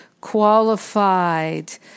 qualified